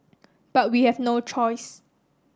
but we have no choice